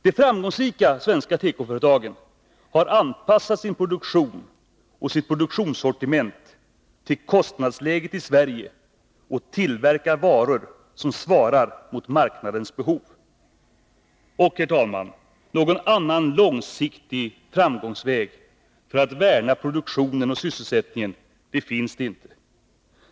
De framgångsrika svenska tekoföretagen har anpassat sin produktion och sitt produktsortiment till kostnadsläget i Sverige och tillverkar varor som svarar mot marknadens behov. Och, herr talman, någon annan långsiktig framgångsväg för att värna produktionen och sysselsättningen finns inte.